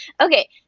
Okay